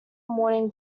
morning